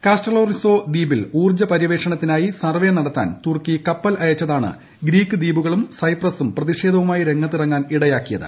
Kastellorizo ദ്വീപിൽ ഊർജ പര്യവേഷണ്ത്തിനായി സർവേ നടത്താൻ തുർക്കി കപ്പൽ അയച്ചതാണ് ഗ്രീക്ക് ദ്വീപുകളും സൈപ്രസും പ്രതിഷേധവുമായി രംഗത്തിറങ്ങാൻ ഇടയാക്കിയത്